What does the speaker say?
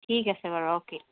ঠিক আছে বাৰু অ'কে